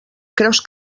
creus